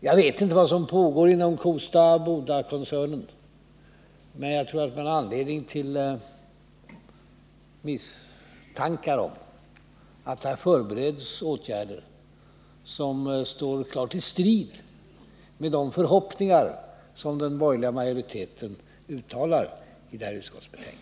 Jag vet inte vad som pågår inom Kosta-Bodakoncernen, men jag tror det finns anledning att misstänka att det förbereds åtgärder som klart står i strid med de förhoppningar som den borgerliga majoriteten uttalar i detta utskottsbetänkande.